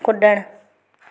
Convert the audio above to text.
कुड॒णु